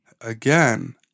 Again